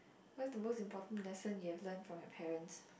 what is the most important lesson you have learnt from your parents